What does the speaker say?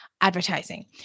advertising